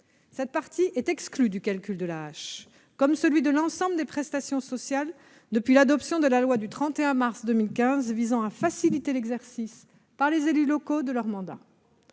Cette partie est exclue du calcul de l'AAH, comme de celui de l'ensemble des prestations sociales, depuis l'adoption de la loi du 31 mars 2015 visant à faciliter l'exercice, par les élus locaux, de leur mandat.